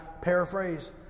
paraphrase